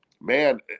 man